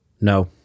No